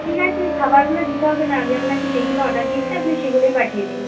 ঠিক আছে ওই খাবারগুলো দিতে হবে না আমি আপনাকে যেগুলো অর্ডার দিয়েছি আপনি সেগুলোই পাঠিয়ে দিন